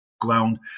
ground